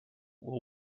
will